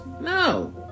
No